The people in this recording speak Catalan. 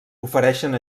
ofereixen